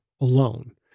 alone